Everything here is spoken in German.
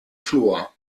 fluor